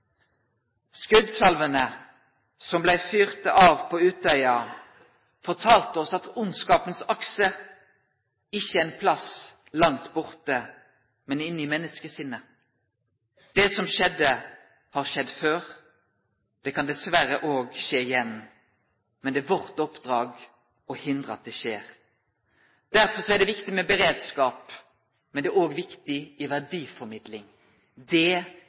som blei fyrte av på Utøya, fortalde oss at vondskapens akse ikkje er ein plass langt borte, men inne i menneskesinnet. Det som skjedde, har skjedd før. Det kan dessverre òg skje igjen. Men det er vårt oppdrag å hindre at det skjer. Derfor er det viktig med beredskap, men det er òg viktig med verdiformidling. Det